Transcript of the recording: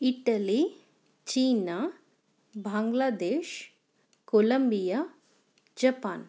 Italy China Bangladesh Colombia Japan